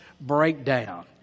breakdown